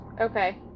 Okay